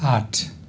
आठ